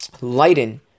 lighten